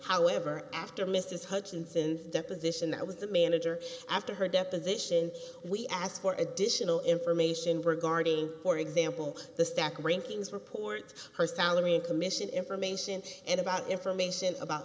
however after mrs hutchinson's deposition that was the manager after her deposition we asked for additional information regarding for example the stack rankings reports her salary and commission information and about i